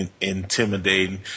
intimidating